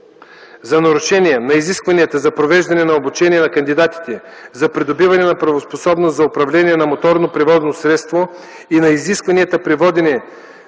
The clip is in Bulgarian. За нарушения на изискванията за провеждане на обучение на кандидати за придобиване на правоспособност за управление на моторно превозно средство и на изискванията при водене